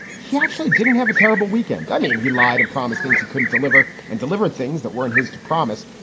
he actually didn't have a terrible weekend. i mean, he lied and promised things he couldn't deliver and deliver things that weren't his to promise.